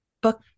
Book